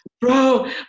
bro